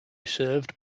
served